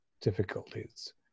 difficulties